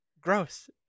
Gross